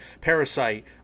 Parasite